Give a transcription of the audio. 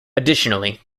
additionally